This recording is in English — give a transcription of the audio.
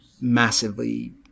massively